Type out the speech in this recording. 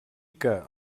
que